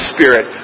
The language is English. Spirit